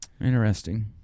Interesting